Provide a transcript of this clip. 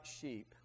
sheep